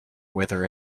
wither